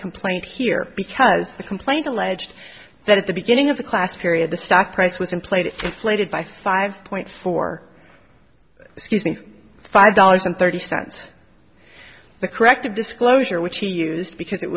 complaint here because the complaint alleged that at the beginning of the class period the stock price was in play that inflated by five point four excuse me five dollars and thirty cents the corrected disclosure which he used because it